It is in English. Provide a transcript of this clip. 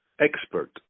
expert